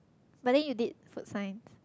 but then you did food science